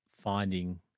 finding